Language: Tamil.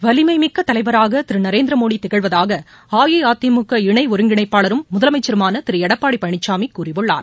வலிமை மிக்க திரு நரேந்திர மோடி திகழ்வதாக அஇஅதிமுக இணை தலைவராக ஒருங்கிணப்பாளரும் முதலமைச்சருமான திரு எடப்பாடி பழனிசாமி கூறியுள்ளார்